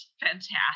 fantastic